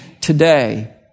today